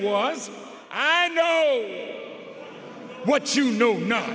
was i know what you know no